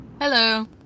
Hello